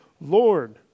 Lord